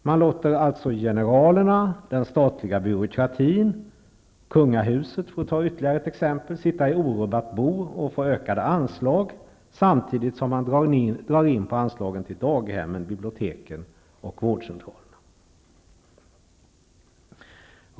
Man låter generalerna, den statliga byråkratin och kungahuset, för att ta ytterligare ett exempel, sitta i orubbat bo och få ökade anslag, samtidigt som man drar in på anslagen till daghemmen, biblioteken och vårdcentralerna.